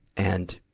and,